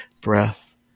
breath